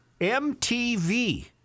MTV